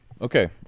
Okay